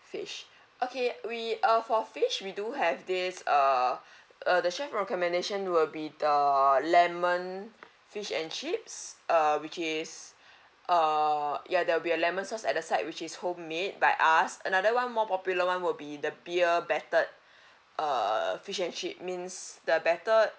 fish okay we uh for fish we do have this err uh the chef recommendation will be the lemon fish and chips uh which is err ya there'll be a lemon sauce at the side which is homemade by us another [one] more popular [one] will be the beer battered err fish and chip means the batter